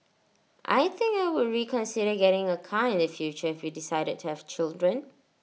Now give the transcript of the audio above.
I think I would reconsider getting A car in the future we decided to have children